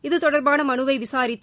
இது தொடர்பான மனுவை விசாரித்த